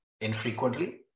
infrequently